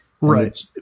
right